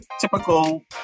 typical